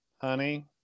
honey